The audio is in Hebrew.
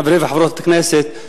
חברי וחברות כנסת,